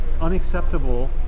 unacceptable